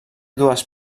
dues